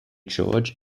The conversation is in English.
george